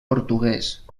portuguès